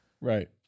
right